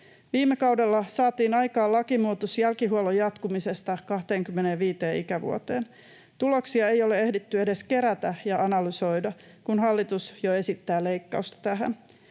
Viime kaudella saatiin aikaan lakimuutos jälkihuollon jatkumisesta 25 ikävuoteen. Tuloksia ei ole ehditty edes kerätä ja analysoida, kun hallitus jo esittää leikkausta tähän.